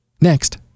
Next